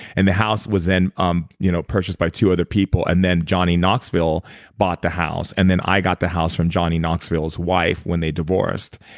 and the house was then um you know purchased by two other people and then, johnny knoxville bought the house and then, i got the house from johnny knoxville's wife when they divorced.